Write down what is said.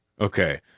Okay